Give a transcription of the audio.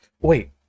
Wait